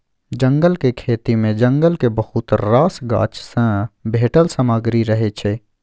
जंगलक खेती मे जंगलक बहुत रास गाछ सँ भेटल सामग्री रहय छै